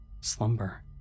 slumber